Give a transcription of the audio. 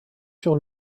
sur